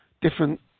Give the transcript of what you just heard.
different